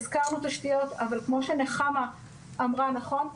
הזכרנו תשתיות אבל כמו שנחמה אמרה נכון,